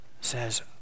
says